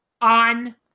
on